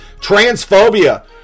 Transphobia